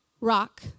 rock